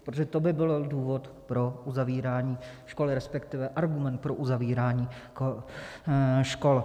Protože to by byl důvod pro uzavírání škol, respektive argument pro uzavírání škol.